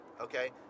okay